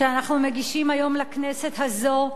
שאנחנו מגישים היום לכנסת הזו,